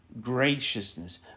graciousness